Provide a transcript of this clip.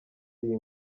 iyi